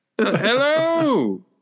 Hello